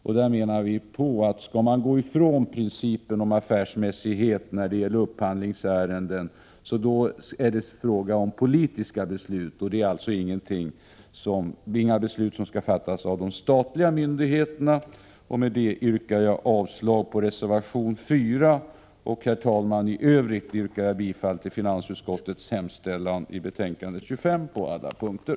Om man skall frångå principen om affärsmässighet när det gäller upphandlingsärendena, är det enligt vår mening fråga om politiska beslut och inte om beslut som skall fattas av de statliga myndigheterna. Med detta yrkar jag avslag på reservation 4. Herr talman! Jag yrkar bifall till finansutskottets hemställan i betänkande 25 på alla punkter.